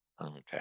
okay